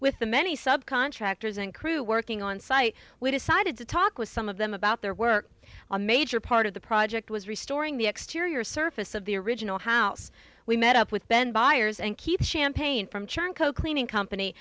with the many subcontractors and crew working on site we decided to talk with some of them about their work a major part of the project was restoring the exterior surface of the original house we met up with ben byers and keep champagne from chiang coke leaning company